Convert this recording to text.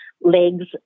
legs